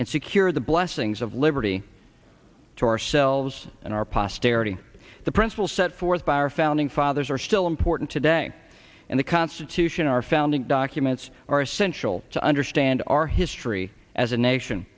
and secure the blessings of liberty to ourselves and our posterity the principle set forth by our founding fathers are still important today in the constitution our founding documents are essential to understand our history as a nation